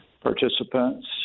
participants